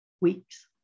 weeks